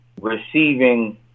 receiving